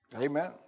Amen